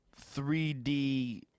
3D